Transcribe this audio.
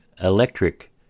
electric